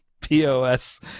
POS